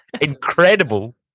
incredible